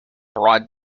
broad